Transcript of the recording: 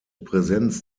präsenz